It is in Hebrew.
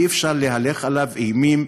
אי-אפשר להלך עליו אימים,